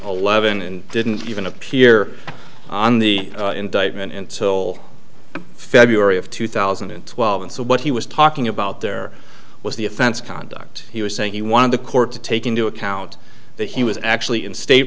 eleven and didn't even appear on the indictment until february of two thousand and twelve and so what he was talking about there was the offense conduct he was saying he wanted the court to take into account that he was actually in state